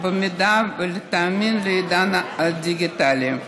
המידע ולהתאימן לעידן הדיגיטלי.